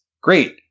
Great